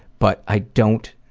but i don't